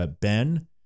Ben